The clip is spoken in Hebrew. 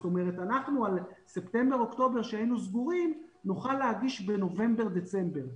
זאת אומרת על ספטמבר-אוקטובר שהיינו סגורים נוכל להגיש בנובמבר דצמבר,